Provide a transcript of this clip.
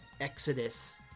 exodus